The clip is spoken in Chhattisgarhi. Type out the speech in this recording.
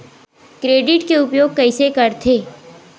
क्रेडिट के उपयोग कइसे करथे?